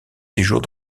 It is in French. séjours